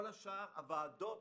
כל השאר הוועדות